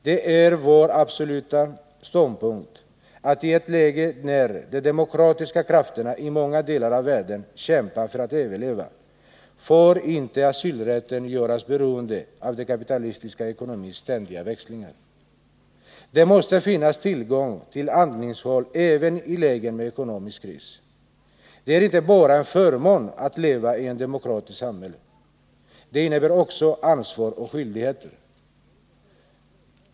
Det är vår absoluta ståndpunkt, att i ett läge när de demokratiska krafterna i många delar av världen kämpar för att överleva, får inte asylrätten göras beroende av den kapitalistiska ekonomins ständiga växlingar. Det måste finnas tillgång till andningshål även i lägen med ekonomisk kris. Det är inte bara en förmån att leva i ett demokratiskt samhälle, det innebär också ansvar och skyldigheter.